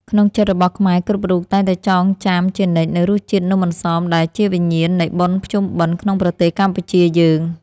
ក្នុងចិត្តរបស់ខ្មែរគ្រប់រូបតែងតែចងចាំជានិច្ចនូវរសជាតិនំអន្សមដែលជាវិញ្ញាណនៃបុណ្យភ្ជុំបិណ្ឌក្នុងប្រទេសកម្ពុជាយើង។